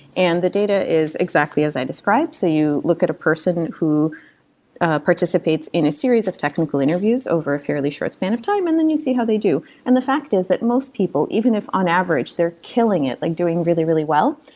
and the data is exactly as i described, so you look at a person who participates in a series of technical interviews over a fairly short span of time and then you see how they do and the fact is that most people, even if on average they're killing it, like doing really, really well.